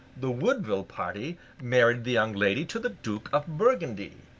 the woodville party married the young lady to the duke of burgundy!